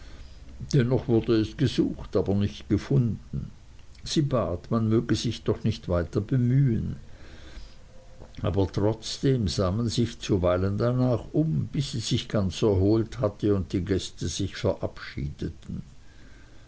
dennoch wurde es gesucht aber nicht gefunden sie bat man möge sich doch nicht weiter bemühen aber trotzdem sah man sich zuweilen danach um bis sie sich ganz erholt hatte und die gäste sich verabschiedeten